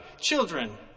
Children